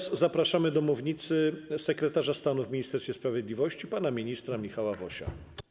Zapraszam na mównicę sekretarza stanu w Ministerstwie Sprawiedliwości pana ministra Michała Wosia.